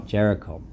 Jericho